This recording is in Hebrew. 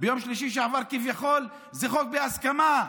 ביום שלישי שעבר, כביכול זה חוק בהסכמה,